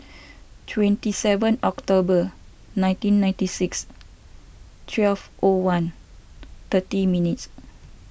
twenty seven October nineteen ninety six twelve O one thirty minutes